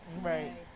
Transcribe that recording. right